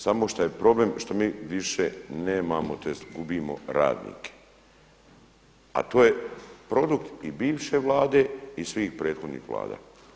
Samo šta je problem što mi više nemamo, tj. gubimo radnike a to je produkt i bivše Vlade i svih prethodnih Vlada.